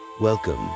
Welcome